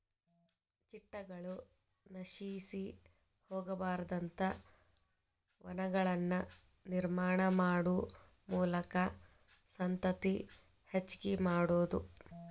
ಚಿಟ್ಟಗಳು ನಶಿಸಿ ಹೊಗಬಾರದಂತ ವನಗಳನ್ನ ನಿರ್ಮಾಣಾ ಮಾಡು ಮೂಲಕಾ ಸಂತತಿ ಹೆಚಗಿ ಮಾಡುದು